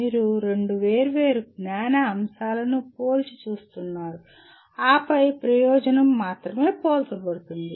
మీరు రెండు వేర్వేరు జ్ఞాన అంశాలను పోల్చి చూస్తున్నారు ఆపై ప్రయోజనం మాత్రమే పోల్చబడుతుంది